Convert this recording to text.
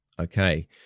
Okay